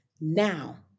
now